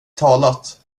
talat